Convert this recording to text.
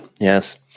Yes